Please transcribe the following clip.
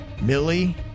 Millie